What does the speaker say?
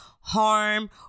harm